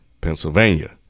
Pennsylvania